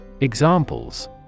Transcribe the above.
Examples